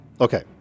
Okay